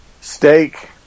Steak